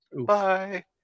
Bye